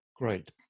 Great